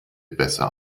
besser